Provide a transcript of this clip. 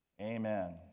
Amen